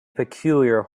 peculiar